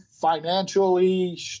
financially